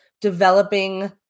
developing